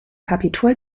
capitol